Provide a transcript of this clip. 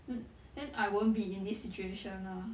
then then I won't be in this situation lah